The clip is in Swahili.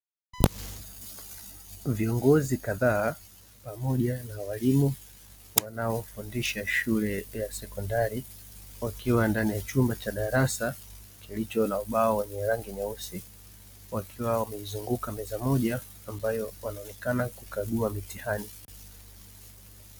Viongozi kadhaa pamoja na walimu wanaofundisha shule ya sekondari, wakiwa ndani ya chumba cha darasa kilicho na ubao wenye rangi nyeusi, wakiwa wameizunguka meza moja ambayo wanakagua mitihani.